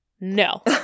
no